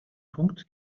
punkt